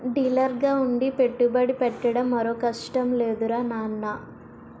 డీలర్గా ఉండి పెట్టుబడి పెట్టడం మరో కష్టం లేదురా నాన్నా